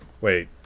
Wait